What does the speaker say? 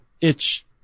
itch